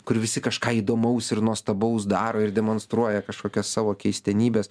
kur visi kažką įdomaus ir nuostabaus daro ir demonstruoja kažkokias savo keistenybes